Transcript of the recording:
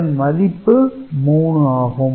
இதன் மதிப்பு 3 ஆகும்